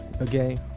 okay